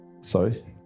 Sorry